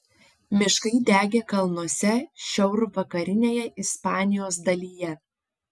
miškai degė kalnuose šiaurvakarinėje ispanijos dalyje